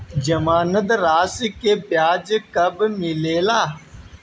जमानद राशी के ब्याज कब मिले ला?